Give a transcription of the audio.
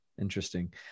Interesting